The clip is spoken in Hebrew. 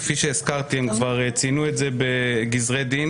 כפי שהזכרתי הם כבר ציינו את זה בגזרי דין